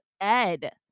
Ed